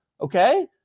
okay